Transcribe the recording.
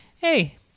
hey